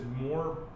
more